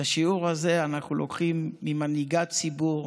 את השיעור הזה אנחנו לוקחים ממנהיגת ציבור,